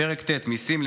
פרק ט' מיסים,